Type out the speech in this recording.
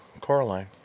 Coraline